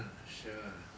ah sure